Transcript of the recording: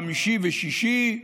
חמישי ושישי.